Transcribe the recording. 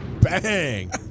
Bang